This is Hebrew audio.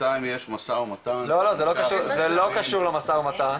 בינתיים יש משא ומתן, זה לא קשור למשא ומתן.